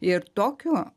ir tokiu